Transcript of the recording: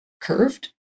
curved